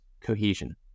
cohesion